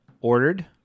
ordered